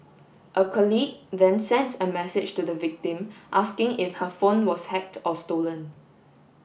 a colleague then sent a message to the victim asking if her phone was hacked or stolen